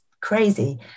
crazy